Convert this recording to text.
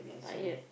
tired